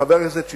חבר הכנסת שטרית,